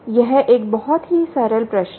यह एक बहुत ही सरल प्रश्न है